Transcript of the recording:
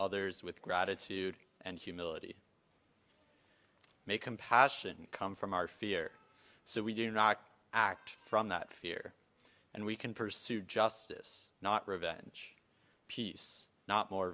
others with gratitude and humility may compassion come from our fear so we do not act from that fear and we can pursue justice not revenge peace not more